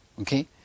Okay